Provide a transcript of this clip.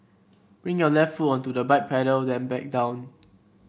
bring your left foot onto the bike pedal then back down